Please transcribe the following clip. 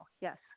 Yes